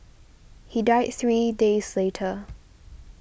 he died three days later